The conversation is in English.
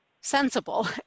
sensible